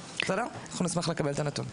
אבל נשמח לקבל את הנתון.